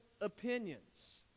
opinions